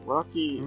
Rocky